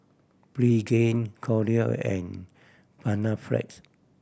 Pregain Kordel and Panaflex